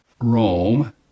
Rome